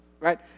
Right